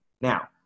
Now